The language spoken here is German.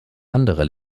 anderer